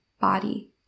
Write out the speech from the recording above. body